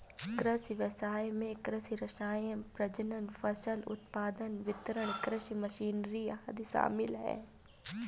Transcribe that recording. कृषि व्ययसाय में कृषि रसायन, प्रजनन, फसल उत्पादन, वितरण, कृषि मशीनरी आदि शामिल है